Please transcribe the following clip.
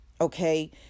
Okay